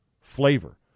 flavor